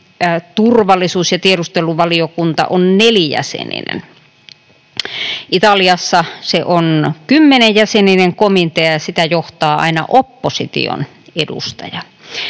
turvallisuus‑ ja tiedusteluvaliokunta on nelijäseninen. Italiassa se on kymmenjäseninen komitea, ja sitä johtaa aina opposition edustaja.